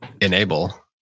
enable